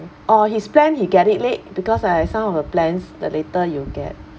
or his plan he get it late because like some of the plans the later you get